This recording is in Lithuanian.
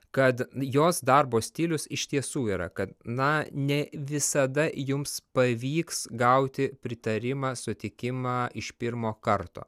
kad jos darbo stilius iš tiesų yra kad na ne visada jums pavyks gauti pritarimą sutikimą iš pirmo karto